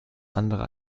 andere